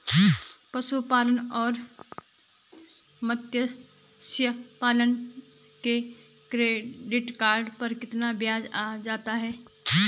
पशुपालन और मत्स्य पालन के क्रेडिट कार्ड पर कितना ब्याज आ जाता है?